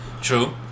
True